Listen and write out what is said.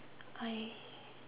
I